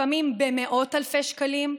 לפעמים במאות אלפי שקלים,